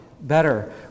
better